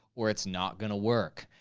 or it's not gonna work.